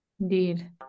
indeed